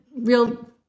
real